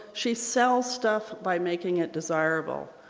she sells stuff by making it desirable.